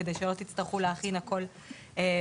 כדי שלא תצטרכו להכין הכול מחדש.